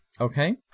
Okay